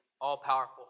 all-powerful